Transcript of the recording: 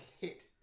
hit